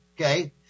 Okay